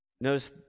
Notice